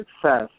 success